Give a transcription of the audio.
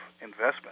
investment